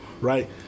right